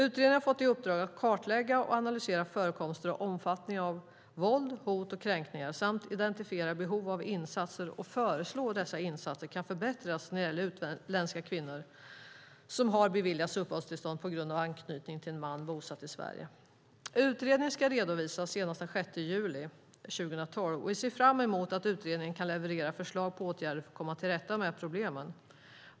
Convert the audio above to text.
Utredningen har fått i uppdrag att kartlägga och analysera förekomsten och omfattningen av våld, hot och kränkningar samt att identifiera behov av insatser och föreslå hur insatserna kan förbättras när det gäller utländska kvinnor som har beviljats uppehållstillstånd på grund av anknytning till en man bosatt i Sverige. Utredningen ska redovisas senast den 6 juli 2012. Vi ser fram emot att utredningen kan leverera förslag på åtgärder för att komma till rätta med problemen.